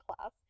class